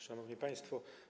Szanowni Państwo!